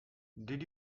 did